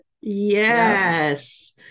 yes